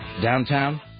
downtown